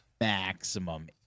maximum